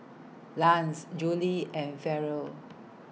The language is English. Lance Juli and Farrell